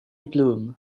blwm